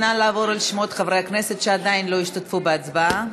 נא לעבור על שמות חברי הכנסת שעדיין לא השתתפו בהצבעה.